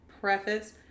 preface